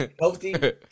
healthy